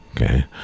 okay